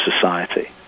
society